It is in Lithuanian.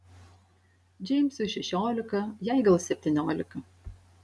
džeimsui šešiolika jai gal septyniolika